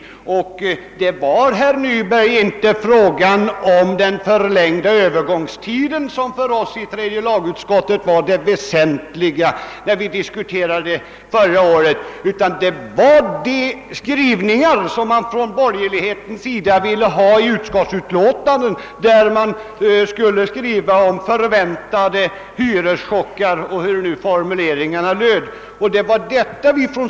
Det var, herr Nyberg, inte fråga om den förlängda övergångstiden som för oss i tredje lagutskottet var det väsentliga under diskussionerna förra året, utan det var den skrivning som de borgerliga ville ha införd i utskottsutlåtandet. De ville där ha med uttryck om väntade hyreschocker eller hur nu formuleringarna löd.